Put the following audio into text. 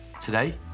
Today